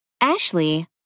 Ashley